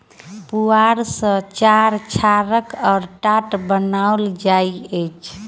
पुआर सॅ चार छाड़ल आ टाट बनाओल जाइत अछि